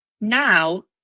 now